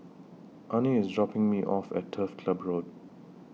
Arne IS dropping Me off At Turf Club Road